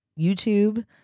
YouTube